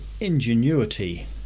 ingenuity